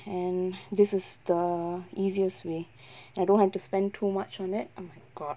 and this is the easiest way I don't have to spend too much on it oh my god